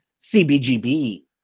CBGB